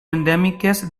endèmiques